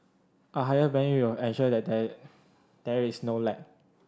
a higher band will ensure that there there is no lag